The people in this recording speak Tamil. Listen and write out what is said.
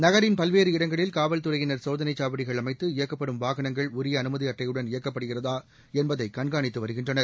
நகரின் பல்வேறு இடங்களில் காவல்துறையினர் சோதனைச் சாவடிகள் அமைத்து இயக்கப்படும் வாகனஙகள் உரிய அனுமதி அட்டையுடன் இயக்கப்படுகிறதா என்பதை கண்காணித்து வருகின்றனர்